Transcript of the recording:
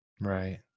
Right